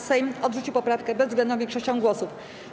Sejm odrzucił poprawkę bezwzględną większością głosów.